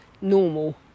normal